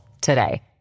today